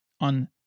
on